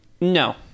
No